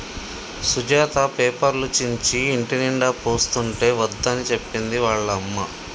సుజాత పేపర్లు చించి ఇంటినిండా పోస్తుంటే వద్దని చెప్పింది వాళ్ళ అమ్మ